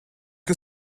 que